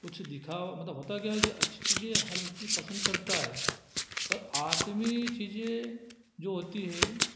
कुछ दिखा हो मतलब होता क्या है कि अच्छी चीज़ें हर व्यक्ति पसंद करता है पर आत्मीय चीज़ें जो होती हैं